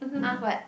!huh! what